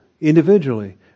individually